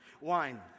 wine